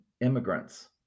immigrants